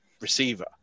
receiver